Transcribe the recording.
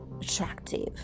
attractive